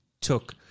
took